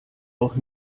auch